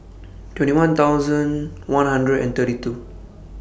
twenty one thousand one hundred and thirty two